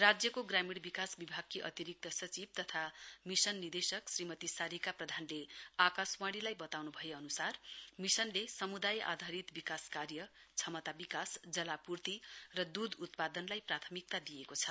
राज्यको ग्रामीण विकास विभागकी अतिरिक्त सचिव तथा मिशन निदेशक श्रीमती सारिका प्रधानले आकाशवाणीलाई बताउन्भए अन्सार मिशनले समुदाय आधारित विकास कार्य क्षमता विकास जलापूर्ति र दूध उत्पादनलाई प्राथमिकता दिएको छ